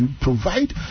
provide